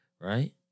right